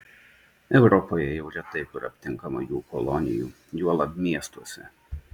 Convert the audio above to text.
europoje jau retai kur aptinkama jų kolonijų juolab miestuose